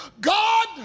God